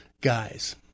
Guys